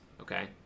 okay